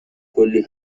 کلی